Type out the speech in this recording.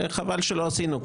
וחבל שלא עשינו,